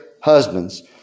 husbands